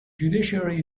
judiciary